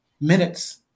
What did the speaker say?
minutes